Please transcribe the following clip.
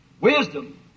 wisdom